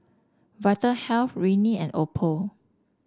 Vitahealth Rene and Oppo